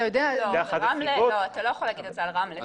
אתה לא יכול להגיד את זה על רמלה.